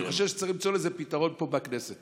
ואני חושב שצריך למצוא לזה פתרון פה, בכנסת.